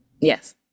Yes